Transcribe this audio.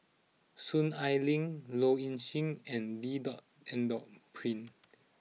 Soon Ai Ling Low Ing Sing and D dot N dot Pritt